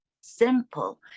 simple